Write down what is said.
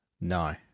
No